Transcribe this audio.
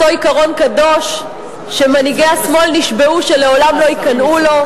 אותו עיקרון קדוש שמנהיגי השמאל נשבעו שלעולם לא ייכנעו לו,